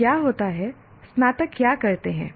तो क्या होता है स्नातक क्या करते हैं